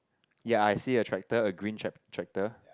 ya I see a tractor a green trac~ tractor